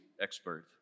expert